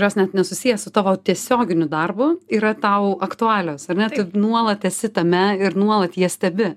jos net nesusiję su tavo tiesioginiu darbu yra tau aktualios ar ne taip nuolat esi tame ir nuolat jas stebi